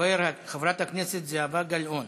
חברת הכנסת זהבה גלאון,